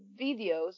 videos